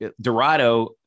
Dorado